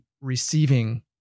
receiving